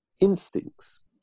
instincts